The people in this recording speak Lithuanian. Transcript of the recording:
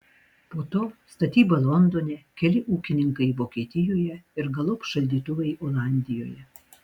po to statyba londone keli ūkininkai vokietijoje ir galop šaldytuvai olandijoje